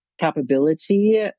capability